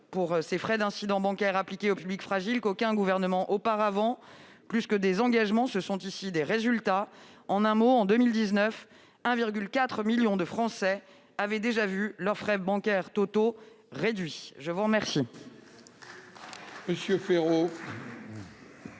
réduire les frais d'incidents bancaires appliqués aux publics fragiles qu'aucun gouvernement auparavant. Plus que des engagements, nous pouvons invoquer des résultats. En un mot, en 2019, 1,4 million de Français avaient déjà vu leurs frais bancaires totaux réduits ! Tout cela